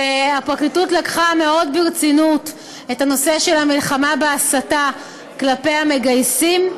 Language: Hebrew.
הפרקליטות לקחה מאוד ברצינות את נושא המלחמה בהסתה כלפי המגייסים,